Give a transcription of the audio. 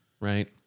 right